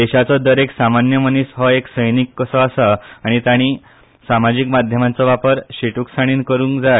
देशाचो दरेक सामान्य मनीस हो एक सैनीक कसो आसा आनी तांणी समाजीक माध्यमांचो वापर शिट्रकसाणीन करूंक जाय